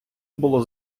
було